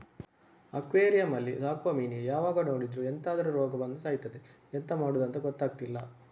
aquarium ಅಲ್ಲಿ ಸಾಕುವ ಮೀನಿಗೆ ಯಾವಾಗ ನೋಡಿದ್ರೂ ಎಂತಾದ್ರೂ ರೋಗ ಬಂದು ಸಾಯ್ತದೆ ಎಂತ ಮಾಡುದಂತ ಗೊತ್ತಾಗ್ತಿಲ್ಲ